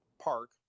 park